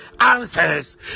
answers